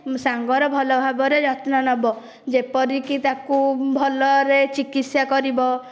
ମୋ ସାଙ୍ଗର ଭଲଭାବରେ ଯତ୍ନ ନେବ ଯେପରିକି ତାକୁ ଭଲରେ ଚିକିତ୍ସା କରିବ